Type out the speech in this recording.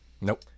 Nope